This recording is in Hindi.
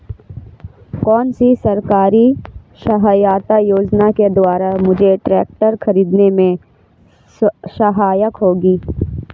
कौनसी सरकारी सहायता योजना के द्वारा मुझे ट्रैक्टर खरीदने में सहायक होगी?